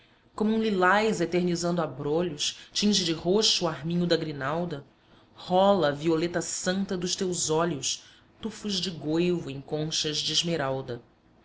como um lilás eternizando abrolhos tinge de roxo o arminho da grinalda rola a violeta santa dos teus olhos tufos de goivo em conchas de esmeralda